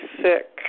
sick